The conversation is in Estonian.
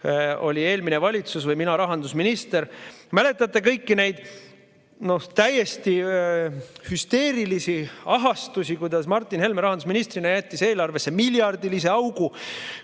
oli eelmine valitsus ja mina olin rahandusminister. Mäletate kõiki neid täiesti hüsteerilisi ahastusi, kuidas Martin Helme rahandusministrina jättis eelarvesse miljardilise augu,